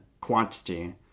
quantity